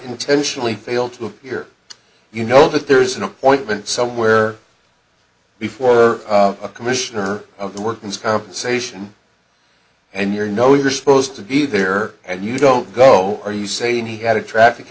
intentionally fail to appear you know that there is an appointment somewhere before a commissioner of the workman's compensation and you know you are supposed to be there and you don't go are you saying he had a traffic